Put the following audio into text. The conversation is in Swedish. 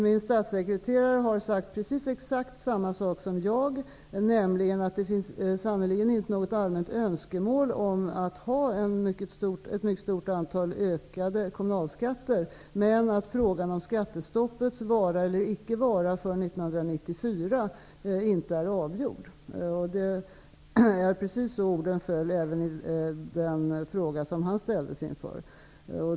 Min statssekreterare har sagt exakt samma sak som jag, nämligen att det sannerligen inte finns något allmänt önskemål om högre kommunalskatter i ett mycket stort antal kommuner, men att frågan om skattestoppets vara eller icke vara för 1994 inte är avgjord. Det var precis så orden föll, även i den fråga han ställdes inför.